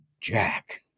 Jack